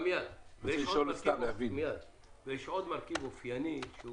יש עוד מרכיב אופייני שהוא